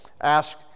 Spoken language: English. ask